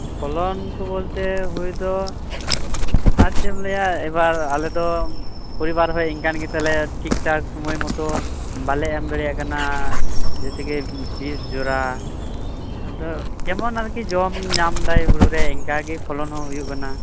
ᱯᱷᱚᱞᱚᱱ ᱠᱚ ᱵᱚᱞᱛᱮ ᱦᱩᱭ ᱫᱚ ᱟᱨ ᱪᱮᱫ ᱮᱢ ᱞᱟᱹᱭᱟ ᱮᱵᱟᱨ ᱟᱞᱮ ᱫᱚ ᱤᱱᱠᱟᱱ ᱜᱮᱛᱟᱞᱮᱭᱟ ᱴᱷᱤᱠᱼᱴᱷᱟᱠ ᱥᱚᱢᱚᱭ ᱢᱚᱛᱚ ᱵᱟᱞᱮ ᱮᱢ ᱫᱟᱲᱮᱭᱟᱜ ᱠᱟᱱᱟ ᱡᱮᱭᱥᱮ ᱠᱤ ᱵᱤᱥᱼᱡᱚᱨᱟ ᱟᱫᱚ ᱡᱮᱢᱚᱱ ᱟᱨᱠᱤ ᱡᱚᱢ ᱧᱟᱢ ᱫᱟᱭ ᱦᱩᱲᱩ ᱨᱮ ᱤᱱᱠᱟ ᱜᱮ ᱯᱷᱚᱞᱚᱱ ᱦᱚᱸ ᱦᱩᱭᱩᱜ ᱠᱟᱱᱟ